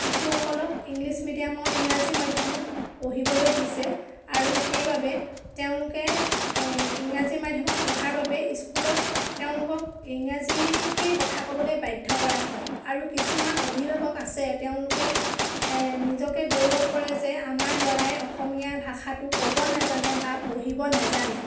শিশুসকলক ইংলিছ মিডিয়ামৰ ইংৰাজী মাধ্য়মত পঢ়িবলৈ দিছে আৰু সেইবাবে তেওঁলোকে এই ইংৰাজী মাধ্য়মত পঢ়াৰ বাবে স্কুলত তেওঁলোকক ইংৰাজীতেই কথা ক'বলৈ বাধ্য় কৰা হয় আৰু কিছুমান অভিভাৱক আছে তেওঁলোকে নিজকে গৌৰৱ কৰে যে আমাৰ ল'ৰাই অসমীয়া ভাষাটো ক'ব নেজানে বা পঢ়িব নেজানে